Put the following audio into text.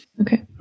Okay